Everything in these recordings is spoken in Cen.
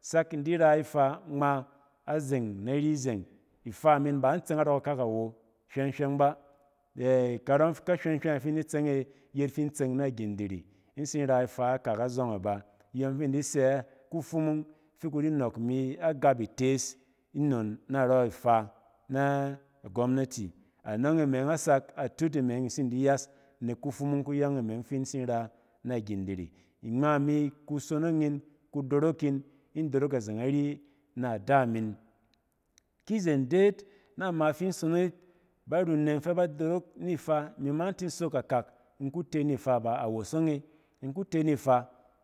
Sak in di ra ifa gma azeng nari zong. Ifaa min ba in tseng narↄ kakak awo hywɛng-hywɛng ba. Karↄ kahywɛng hywɛng e fin di tseng e yet fi in tseng na gindiri in tsin ra ifaa ikak a zↄng aba iyↄng fi in di sɛ kufumung fi kudi nↄk imi agap itees nnon narↄ ifaa na a gwamnati. Anↄng e me ↄng a sak atut e meng in tsin di yas nek kufumung kuyↄng e meng fi in tsin ran a gindiri. Ngma imi kusonong in, kudorok in in dorok azeng nari ma ada min. ki zen deet, na ma fi i sonong yit, barunneng fɛ ba dorok ni faa ba, awosong e. In kute ni faa,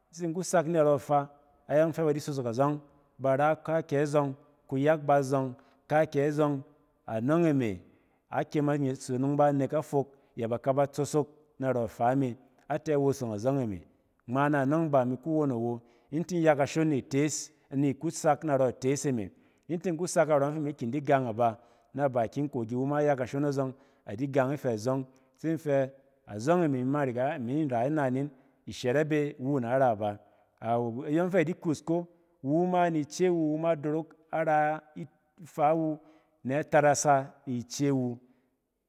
in tsin ku sak narↄ ifaa ayↄng fɛ ba di sↄsok azↄng. Ba ra kaakyɛ zↄng, kuyak ba zↄng, kaakyɛ zↄng. Anↄng e me, a kyem a sonong ba nek a fok yɛ ba kaba tsosok narↄ ifaa me, a tɛ wosong azↄng e me. Ngma na nↄng ba imi ku won awo, in tin ya kashon ni tees, ni ku sak narↄ itees e me. In tin ku sak narↄng fi imi kin di gang aba na bɛkin kogi, iwu ma ya kashon a zↄng, adi gang ifɛ zↄng se in fɛ azↄng e me imi ma riga-mi ra inanin ishɛrep e iwu s era ba. Aw-ayↄng fɛ a di kus ko iwu ma nice wu adorok, ara it-ifaa wu nɛ tarasa ice wu.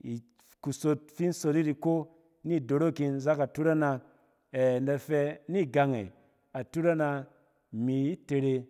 Its kusot fin sot yit iko ni dorokin zak atut ana ɛ-in da fɛ ni gang e atut ana, imi tere